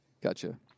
Gotcha